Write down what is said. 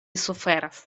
suferas